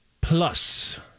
plus